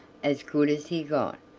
as good as he got,